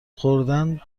خوردن